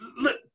Look